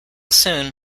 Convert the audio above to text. soon